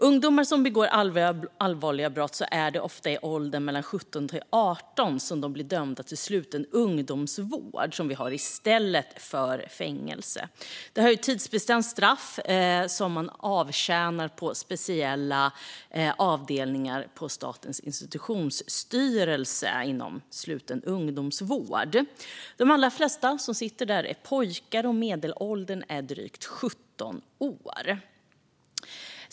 Ungdomar som begår allvarliga brott i åldern 17-18 år blir ofta dömda till sluten ungdomsvård i stället för fängelse. Vi har tidsbestämda straff som man avtjänar på speciella avdelningar på Statens institutionsstyrelse inom sluten ungdomsvård. De allra flesta som sitter där är pojkar. Medelåldern är drygt 17 år.